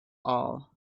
all